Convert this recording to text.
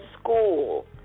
school